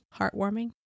heartwarming